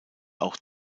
auch